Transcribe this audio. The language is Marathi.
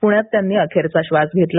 प्ण्यात त्यांनी अखेरचा श्वास घेतला